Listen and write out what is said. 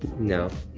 no.